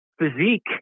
physique